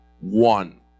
one